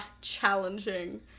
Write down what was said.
challenging